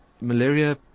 malaria